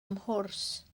mhwrs